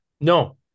No